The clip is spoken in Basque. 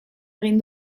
egin